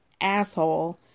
asshole